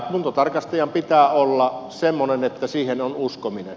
kuntotarkastajan pitää olla semmoinen että siihen on uskominen